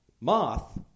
Moth